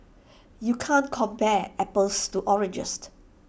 you can't compare apples to